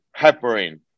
heparin